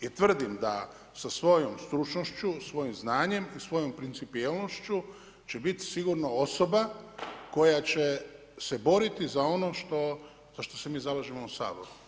I tvrdim da sa svojom stručnošću, svojim znanjem i svojim principijelnošću, će biti sigurno osoba, koja će se boriti za ono što se mi zalažemo u ovom Saboru.